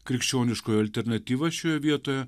krikščioniškoji alternatyva šioje vietoje